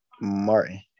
Martin